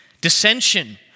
dissension